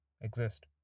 exist